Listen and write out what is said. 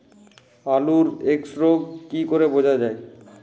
আলুর এক্সরোগ কি করে বোঝা যায়?